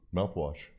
Mouthwash